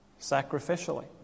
sacrificially